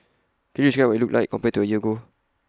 could you describe what IT looked like compared to A year ago